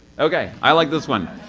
okay. i like this one.